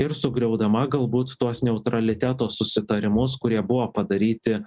ir sugriaudama galbūt tuos neutraliteto susitarimus kurie buvo padaryti